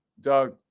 Doug